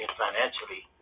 financially